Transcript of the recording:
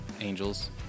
angels